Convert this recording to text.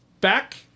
Back